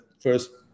first